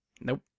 Nope